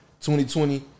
2020